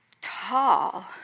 tall